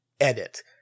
edit